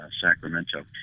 Sacramento